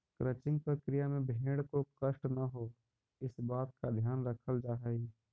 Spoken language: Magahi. क्रचिंग प्रक्रिया में भेंड़ को कष्ट न हो, इस बात का ध्यान रखल जा हई